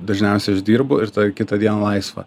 dažniausiai aš dirbu ir tada kitą dieną laisva